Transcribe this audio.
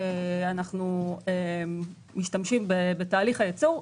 שאנחנו משתמשים בתהליך הייצור,